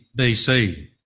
BC